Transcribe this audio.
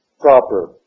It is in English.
proper